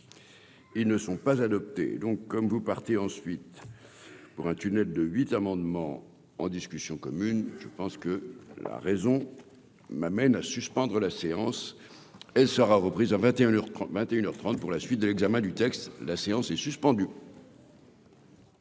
ils ne sont pas adoptés donc comme vous partez ensuite. Pour un tunnel de 8 amendements en discussion commune, je pense que la raison m'amène à suspendre la séance, elle sera reprise à 21 reprend 21 heures 30 pour la suite de l'examen du texte, la séance est suspendue.